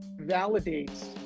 validates